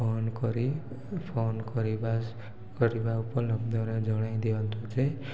phone କରି phone କରିବା କରିବା ଉପଲବ୍ଧରେ ଜଣାଇ ଦିଅନ୍ତୁ ଯେ